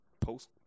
post